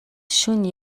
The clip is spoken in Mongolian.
шөнө